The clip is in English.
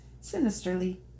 sinisterly